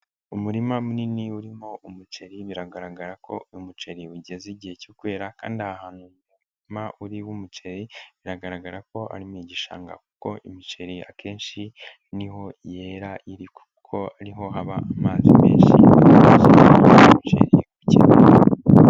Umurima munini urimo umuceri biragaragara ko uyu umuceri ugeze igihe cyo kwera kandi ahantu uri, umuceri biragaragara ko ari mu gishanga kuko imiceri akenshi niho yera kuko ariho haba amazi menshi.